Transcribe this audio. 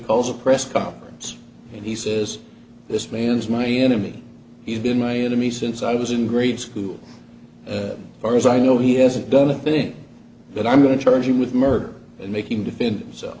calls a press conference and he says this man is my enemy he's been my enemy since i was in grade school far as i know he hasn't done anything but i'm going to charge you with murder and making defend so